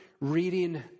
reading